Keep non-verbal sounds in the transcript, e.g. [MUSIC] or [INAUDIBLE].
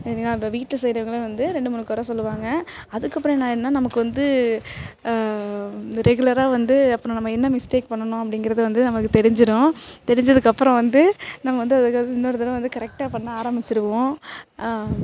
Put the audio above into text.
[UNINTELLIGIBLE] இப்போ வீ ட்டில் செய்கிறவங்களும் வந்து ரெண்டு மூணு குறை சொல்லுவாங்க அதுக்கப்புறம் என்ன ஆகிருனா நமக்கு வந்து ரெகுலராக வந்து அப்புறம் என்ன மிஸ்டேக் பண்ணுனோம் அப்படிங்கிறத வந்து நமக்கு தெரிஞ்சிடும் தெரிஞ்சதுக்கு அப்புறம் வந்து நம்ம வந்து இன்னொரு தடவை வந்து கரெக்டாக பண்ண ஆரம்பிச்சிடுவோம்